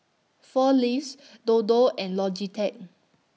four Leaves Dodo and Logitech